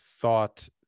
thought